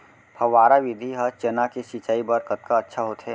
फव्वारा विधि ह चना के सिंचाई बर कतका अच्छा होथे?